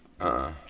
-uh